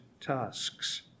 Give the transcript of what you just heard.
tasks